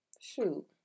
shoot